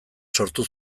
sortu